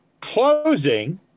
closing